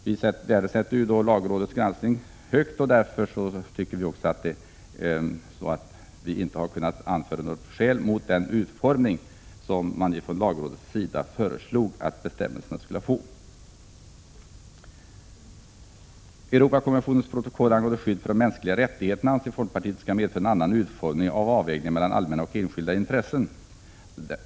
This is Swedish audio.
Vi värdesätter lagrådets granskning högt och har inte kunnat anföra något skäl mot den utformning av bestämmelsen som lagrådet har föreslagit. Europakonventionens protokoll angående skydd för de mänskliga rättigheterna anser folkpartiet bör medföra en annan utformning av avvägningen mellan allmänna och enskilda intressen.